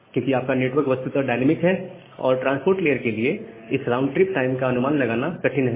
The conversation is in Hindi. क्योंकि आपका नेटवर्क वस्तुतः डायनामिक है और ट्रांसपोर्ट लेयर के लिए इस राउंड ट्रिप टाइम का अनुमान लगाना कठिन है